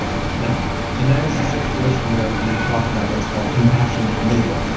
but you know mean that is a situation where we talk about what's called compassionate need.